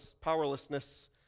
powerlessness